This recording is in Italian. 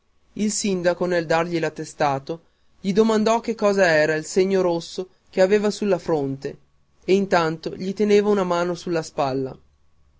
il sindaco nel dargli l'attestato gli domandò che cos'era un segno rosso che aveva sulla fronte e intanto gli teneva una mano sopra una spalla